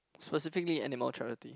specifically animal charity